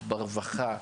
ברווחה.